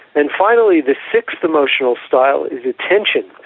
and finally the sixth emotional style is attention.